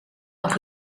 nog